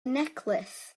necklace